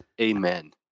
Amen